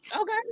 Okay